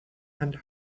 and